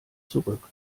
zurück